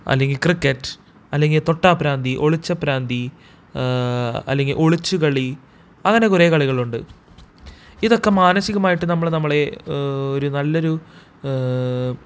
അല്ലെങ്കിൽ ക്രിക്കറ്റ് അല്ലെങ്കിൽ തൊട്ടാൽ ഭ്രാന്തി ഒളിച്ചാൽ ഭ്രാന്തി അല്ലെങ്കിൽ ഒളിച്ചുകളി അങ്ങനെ കുറേ കളികളുണ്ട് ഇതൊക്കെ മാനസികമായിട്ട് നമ്മൾ നമ്മളെ ഒരു നല്ലൊരു